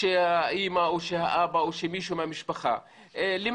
שהאימא או האבא או מישהו מהמשפחה נמצא במקום.